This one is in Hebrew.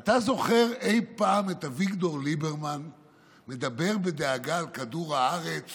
אתה זוכר אי פעם את אביגדור ליברמן מדבר בדאגה על כדור הארץ